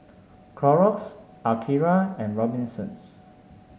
Clorox Akira and Robinsons